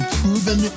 proven